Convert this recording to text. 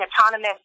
autonomous